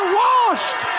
washed